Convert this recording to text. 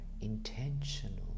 intentional